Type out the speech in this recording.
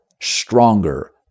stronger